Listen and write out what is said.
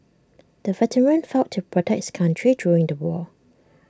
the veteran fought to protect his country during the war